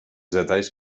detalls